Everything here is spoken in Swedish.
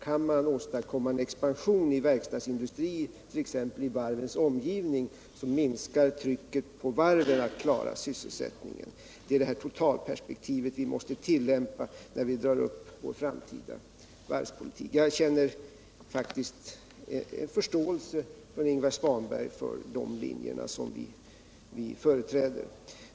Kan man åstadkomma en expansion inom verkstadsindustrin i varvens omgivning, så minskar trycket på varven att klara sysselsättningen. Det är detta totala perspektiv vi måste tillämpa när vi drar upp vår framtida varvspolitik, och jag känner faktiskt en förståelse från Ingvar Svanberg för den linje regeringen företräder.